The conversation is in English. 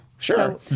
Sure